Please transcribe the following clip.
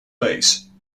base